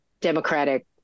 Democratic